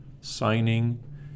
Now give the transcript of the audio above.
signing